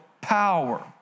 power